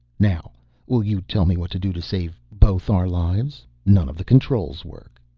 now will you tell me what to do to save both our lives. none of the controls work.